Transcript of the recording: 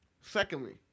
secondly